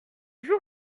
jour